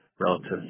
relative